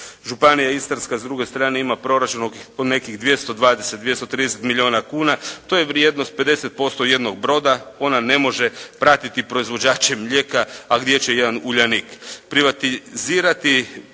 Županija Istarska s druge strane ima proračun od nekih 220, 230 milijuna kuna. To je vrijednost 50% jednog broda. Ona ne može pratiti proizvođače mlijeka a gdje će jedan Uljanik.